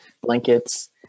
blankets